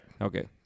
Okay